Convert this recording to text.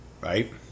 Right